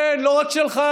כן, לא רק שלך.